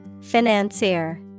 Financier